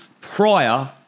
prior